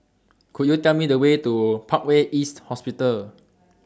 Could YOU Tell Me The Way to Parkway East Hospital